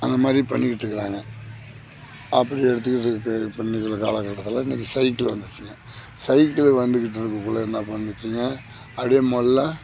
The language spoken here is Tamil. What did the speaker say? அந்தமாதிரி பண்ணிகிட்டு இருக்குறாங்க அப்படி எடுத்துகிட்டு இருக்கிற பண்ணிட்டு இருக்குற காலக்கட்டத்தில் இன்னக்கு சைக்கிள் வந்துச்சிங்க சைக்கிள் வந்துக்கிட்டு இருக்கக்குள்ளே என்ன பண்ணுச்சிங்க அப்படியே மெல்ல